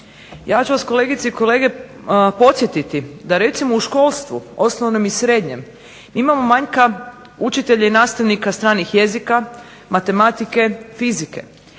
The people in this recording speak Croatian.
Ja ću vas kolegice i kolege podsjetiti da u školstvu osnovnom i srednjem imamo manjka učitelja i nastavnika stranih jezika, matematike, fizike.